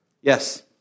Yes